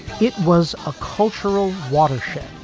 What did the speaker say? it was a cultural watershed,